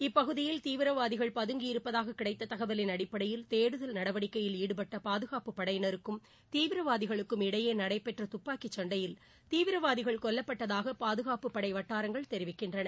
இப்பகுதியில் தீவிரவாதிகள் பதங்கியிருப்பதாக கிடைத்த தகவலின் அடிப்படையில் தேடுதல் நடவடிக்கையில் ஈடுபட்ட பாதுகாப்புப் படையினருக்கும் தீவிரவாதிகளுக்கும் இடையே நடைபெற்ற துப்பாக்கிச் சண்டையில் தீவிரவாதிகள் கொல்லப்பட்டதாக பாதுகாப்புப் படை வட்டாரங்கள் தெரிவிக்கின்றன